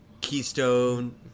keystone